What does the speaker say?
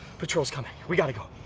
patrol's coming, we gotta go!